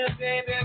Baby